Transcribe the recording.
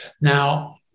Now